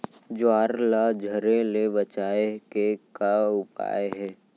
ज्वार ला झरे ले बचाए के का उपाय हे?